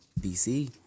BC